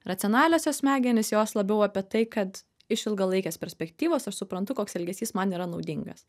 racionaliosios smegenys jos labiau apie tai kad iš ilgalaikės perspektyvos aš suprantu koks elgesys man yra naudingas